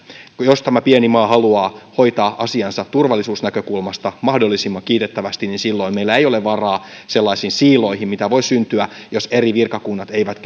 jos tämä pieni maa haluaa hoitaa asiansa turvallisuusnäkökulmasta mahdollisimman kiitettävästi niin silloin meillä ei ole varaa sellaisiin siiloihin mitä voi syntyä jos eri virkakunnat eivät